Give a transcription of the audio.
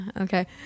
okay